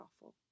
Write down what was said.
awful